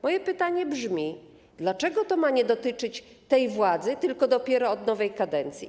Moje pytanie brzmi: Dlaczego to ma nie dotyczyć tej władzy, tylko ma być dopiero od nowej kadencji?